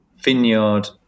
vineyard